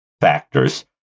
factors